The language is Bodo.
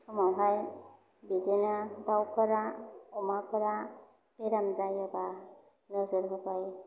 समावहाय बिदिनो दावफोरा अमाफोरा बेराम जायोबा नोजोर होबाय